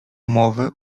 mowy